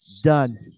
done